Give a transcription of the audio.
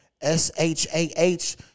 S-H-A-H